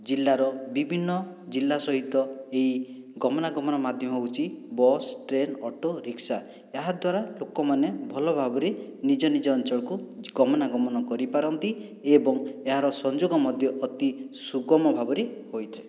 ଜିଲ୍ଲାର ବିଭିନ୍ନ ଜିଲ୍ଲା ସହିତ ଏହି ଗମନାଗମନ ମାଧ୍ୟମ ହେଉଛି ବସ୍ ଟ୍ରେନ୍ ଅଟୋ ରିକ୍ସା ଏହାଦ୍ୱାରା ଲୋକମାନେ ଭଲଭାବରେ ନିଜ ନିଜ ଅଞ୍ଚଳକୁ ଗମନାଗମନ କରିପାରନ୍ତି ଏବଂ ଏହାର ସଂଯୋଗ ମଧ୍ୟ ଅତି ସୁଗମ ଭାବରେ ହୋଇଥାଏ